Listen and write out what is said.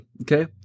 okay